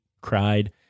Cried